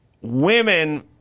Women